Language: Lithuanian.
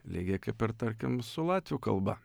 lygiai kaip ir tarkim su latvių kalba